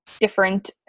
different